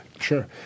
Sure